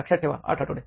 लक्षात ठेवा आठ आठवडे